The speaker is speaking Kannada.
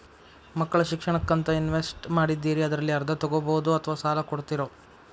ಮಕ್ಕಳ ಶಿಕ್ಷಣಕ್ಕಂತ ಇನ್ವೆಸ್ಟ್ ಮಾಡಿದ್ದಿರಿ ಅದರಲ್ಲಿ ಅರ್ಧ ತೊಗೋಬಹುದೊ ಅಥವಾ ಸಾಲ ಕೊಡ್ತೇರೊ?